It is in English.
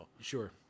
Sure